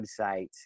website